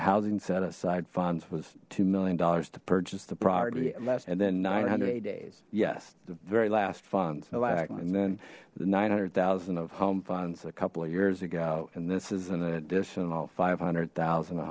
housing set aside funds was two million dollars to purchase the property and then nine hundred days yes the very last fund alack and then the nine hundred thousand of home funds a couple of years ago and this is an additional five hundred thousand